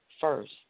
first